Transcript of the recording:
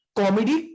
comedy